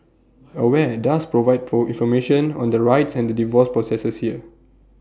aware does provide for information on their rights and the divorce processors here